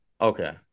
Okay